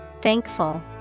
thankful